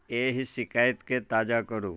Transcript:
एहि शिकायतकेँ ताजा करू